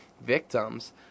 victims